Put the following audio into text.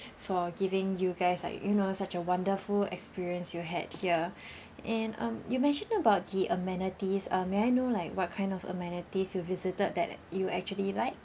for giving you guys like you know such a wonderful experience you had here and um you mentioned about the amenities uh may I know like what kind of amenities you visited that you actually like